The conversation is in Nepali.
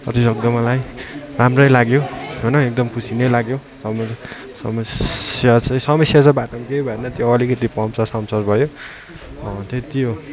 कति जग्गा त मलाई राम्रै लाग्यो होइन एकदम खुसी नै लाग्यो समय समस्या चाहिँ समस्या चाहिँ बाटोमा केही भएन त्यो अलिकति पम्चरसम्चर भयो अँ त्यत्ति हो